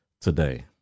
today